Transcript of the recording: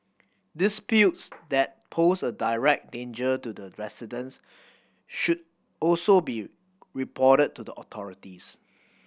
disputes that pose a direct danger to the residents should also be reported to the authorities